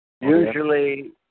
Usually